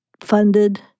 funded